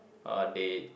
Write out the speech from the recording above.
uh they